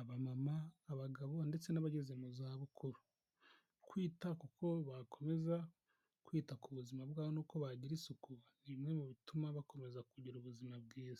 abamama, abagabo ndetse n'abageze mu zabukuru, kwita k'uko bakomeza kwita ku buzima bwabo n'uko bagira isuku ni bimwe mu bituma bakomeza kugira ubuzima bwiza.